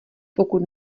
pokud